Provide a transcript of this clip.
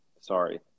Sorry